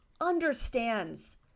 understands